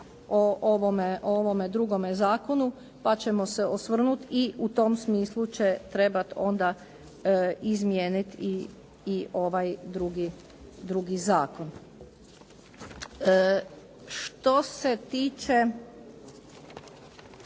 o ovome drugome zakonu pa ćemo se osvrnuti i u tom smislu će trebati onda izmijeniti i ovaj drugi zakon. Što se tiče